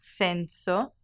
senso